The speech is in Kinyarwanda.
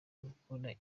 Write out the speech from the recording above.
mukura